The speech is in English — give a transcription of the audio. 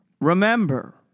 Remember